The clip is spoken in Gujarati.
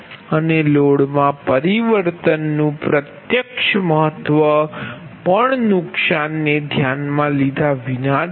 અને લોડમાં પરિવર્તનનું પ્રત્યક્ષ મહત્વ પણ નુકસાનને ધ્યાનમાં લીધા વિના જ છે